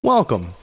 Welcome